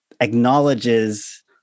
acknowledges